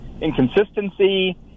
inconsistency